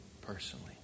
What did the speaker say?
personally